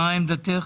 מה עמדתך.